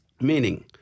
Meaning